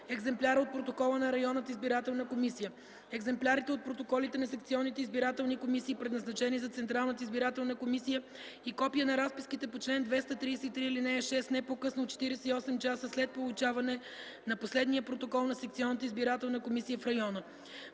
екземпляра на протокола на районната избирателна комисия, екземплярите от протоколите на секционните избирателни комисии, предназначени за Централната избирателна комисия и копия на разписките по чл. 233, ал. 6 не по-късно от 48 часа след получаване на последния протокол на секционна избирателна комисия в района.